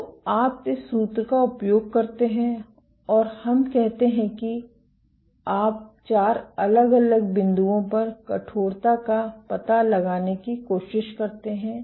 तो आप इस सूत्र का उपयोग करते हैं और हम कहते हैं कि आप चार अलग अलग बिंदुओं पर कठोरता का पता लगाने की कोशिश करते हैं